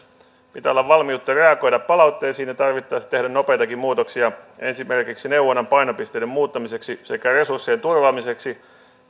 pitää olla valmiutta reagoida palautteisiin ja tarvittaessa tehdä nopeitakin muutoksia esimerkiksi neuvonnan painopisteiden muuttamiseksi sekä resurssien turvaamiseksi